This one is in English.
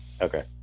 Okay